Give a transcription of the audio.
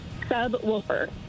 Subwoofer